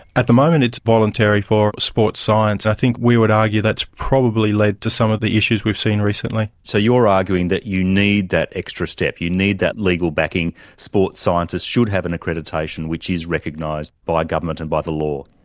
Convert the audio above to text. at the moment it's voluntary for sports science. i think we would argue that's probably led to some of the issues we've seen recently. so you're arguing that you need that extra step, you need that legal backing. sports scientists should have an accreditation which is recognised by government and by the law.